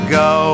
go